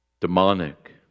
demonic